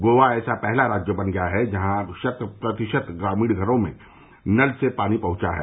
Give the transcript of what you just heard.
गोवा ऐसा पहला राज्य बन गया है जहां शत प्रतिशत ग्रामीण घरों में नल से पानी पहुंचा है